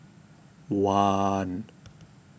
one